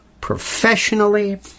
professionally